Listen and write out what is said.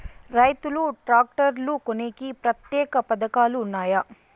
రైతులు ట్రాక్టర్లు కొనేకి ప్రత్యేక పథకాలు ఉన్నాయా?